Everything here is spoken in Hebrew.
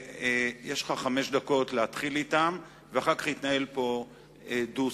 יש לך חמש דקות להתחיל ואחר כך יתנהל פה דו-שיח.